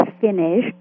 finished